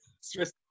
Stress